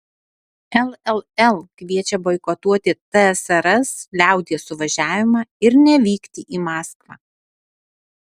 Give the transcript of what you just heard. lll kviečia boikotuoti tsrs liaudies suvažiavimą ir nevykti į maskvą